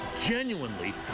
genuinely